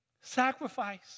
sacrifice